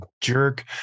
jerk